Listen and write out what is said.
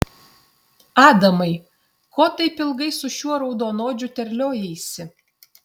adamai ko taip ilgai su šiuo raudonodžiu terliojaisi